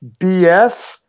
BS